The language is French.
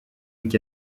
week